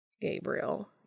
Gabriel